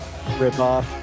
ripoff